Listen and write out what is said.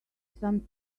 some